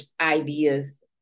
ideas